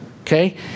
Okay